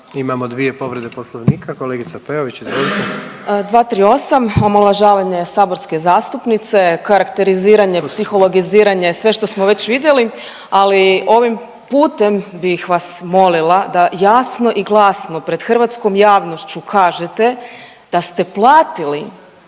Imamo dvije povrede Poslovnika. Kolegica Peović izvolite. **Peović, Katarina (RF)** 238. omalovažavanje saborske zastupnice karakteriziranjem psihologiziranje sve što smo već vidjeli. Ali ovim putem bih vas molila da jasno i glasno pred hrvatskom javnošću kažete da ste platili